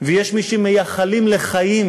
ויש מי שמייחלים לחיים